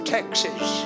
Texas